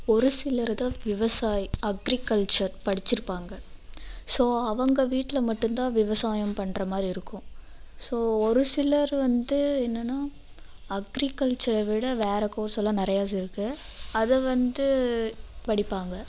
ஒரு சிலர் தான் விவசாய் அக்ரிக்கல்ச்சர் படிச்சி இருப்பாங்க ஸோ அவங்க வீட்டில் மட்டும்தான் விவசாயம் பண்ணுறமாரி இருக்கும் ஸோ ஒரு சிலர் வந்து என்னன்னா அக்ரிக்கல்ச்சரை விட வேறு கோர்ஸ் எல்லாம் நிறையாஸ் இருக்கு அதை வந்து படிப்பாங்க